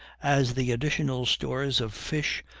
as the additional stores of fish,